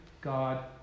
God